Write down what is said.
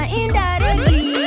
indirectly